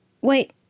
Wait